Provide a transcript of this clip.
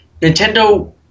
Nintendo